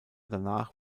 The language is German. danach